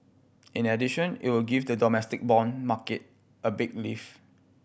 in addition it will give the domestic bond market a big lift